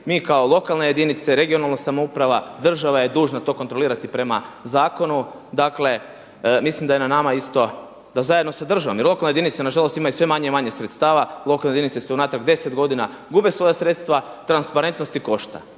Mi kao lokalna jedinica, lokalna samouprava država je dužna to kontrolirati prema zakonu. Dakle, mislim da je na nama isto da zajedno sa državom i lokalne jedinice na žalost imaju sve manje i manje sredstava. Lokalne jedinice su unatrag deset godina gube svoja sredstva, transparentnost ih košta.